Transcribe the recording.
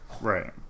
Right